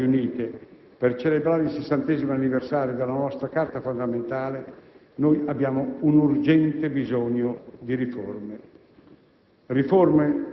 ma anche per fare alcune riflessioni sulla strada da compiere e sulle prospettive.